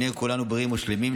שנהיה כולנו בריאים ושלמים,